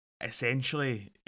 essentially